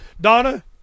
Donna